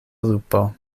lupo